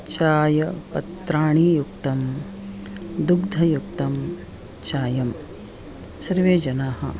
चायपत्राणि युक्तं दुग्धयुक्तं चायं सर्वे जनाः